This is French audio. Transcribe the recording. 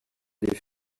des